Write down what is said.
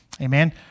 Amen